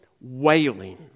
wailing